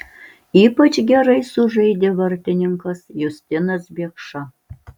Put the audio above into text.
ypač gerai sužaidė vartininkas justinas biekša